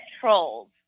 trolls